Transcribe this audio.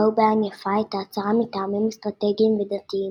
ראו בעין יפה את ההצהרה מטעמים אסטרטגיים ודתיים,